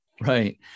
Right